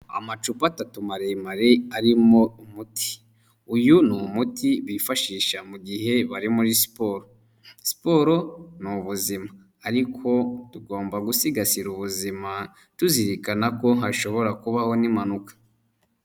Amacupa atatu maremare arimo umuti. Uyu ni umuti bifashisha mu mugihe bari muri siporo, siporo ni ubuzima ariko tugomba gusigasira ubuzima tuzirikana ko hashobora kubaho n'impanuka.